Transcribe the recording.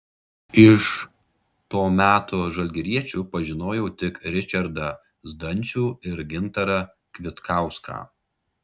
iš to meto žalgiriečių pažinojau tik ričardą zdančių ir gintarą kvitkauską